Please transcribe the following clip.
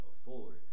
afford